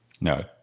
no